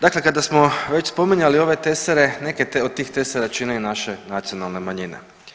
Dakle, kada smo već spominjali ove tesare neke od tih tesara čine i naše nacionalne manjine.